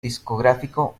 discográfico